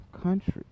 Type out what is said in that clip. country